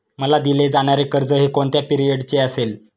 मला दिले जाणारे कर्ज हे कोणत्या पिरियडचे असेल?